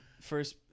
first